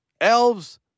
elves